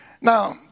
Now